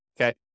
okay